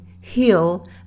heal